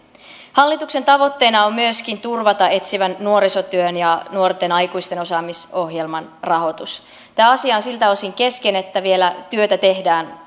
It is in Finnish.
hallituksen tavoitteena on myöskin turvata etsivän nuorisotyön ja nuorten aikuisten osaamisohjelman rahoitus tämä asia on siltä osin kesken että vielä työtä tehdään